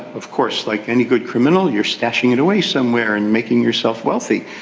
of course like any good criminal you are stashing it away somewhere and making yourself wealthy.